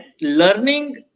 learning